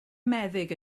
meddyg